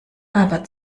aber